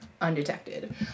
undetected